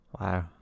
Wow